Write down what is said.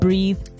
Breathe